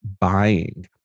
buying